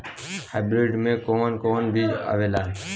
Hybrid में कोवन कोवन बीज आवेला?